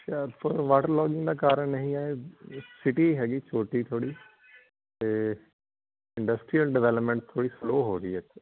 Hoshiarpur water logging ਦਾ ਕਾਰਨ ਇਹ ਹੀ ਹੈ ਸਿਟੀ ਹੈਗੀ ਛੋਟੀ ਥੋੜ੍ਹੀ ਅਤੇ ਇੰਡਸਟਰੀਅਲ ਡਿਵੈਲਪਮੈਂਟ ਥੋੜ੍ਹੀ ਸਲੋਅ ਹੋ ਰਹੀ ਹੈ ਇੱਥੇ